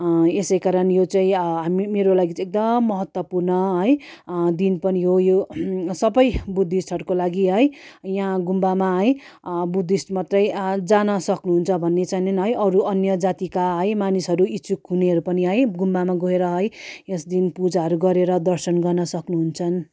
यसै कारण यो चाहिँ हामी मेरो लागि चाहिँ एकदम महत्त्वपूर्ण है दिन पनि हो यो सबै बुद्धिस्टहरूको लागि है यहाँ गुम्बामा है बुद्धिस्ट मात्रै आ जान सक्नुहुन्छ भन्ने छैनन् है अरू अन्य जातिका है मानिसहरू इच्छुक हुनेहरू पनि है गुम्बामा गएर है यस दिन पूजाहरू गरेर दर्शन गर्न सक्नुहुन्छन्